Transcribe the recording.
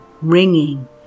ringing